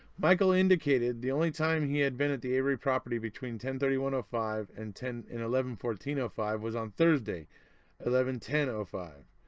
michael indicated the only time he had been at the avery property between ten thirty one ah five and and eleven fourteen five was on thursday eleven ten ah five.